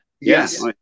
Yes